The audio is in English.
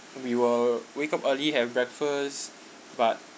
we were wake up early have breakfast but